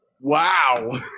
Wow